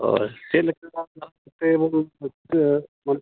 ᱦᱳᱭ ᱪᱮᱫ ᱞᱮᱠᱟ